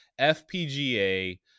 FPGA